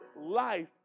life